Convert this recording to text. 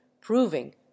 proving